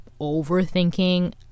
overthinking